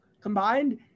combined